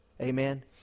Amen